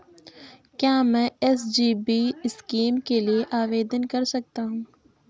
क्या मैं SGB scheme के लिए आवेदन कर सकता हूँ?